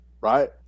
right